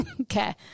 Okay